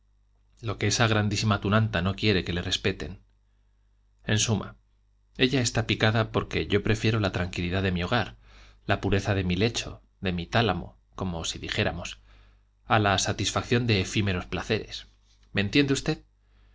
lo que esa grandísima tunanta no quiere que le respeten en suma ella está picada porque yo prefiero la tranquilidad de mi hogar la pureza de mi lecho de mi tálamo como si dijéramos a la satisfacción de efímeros placeres me entiende usted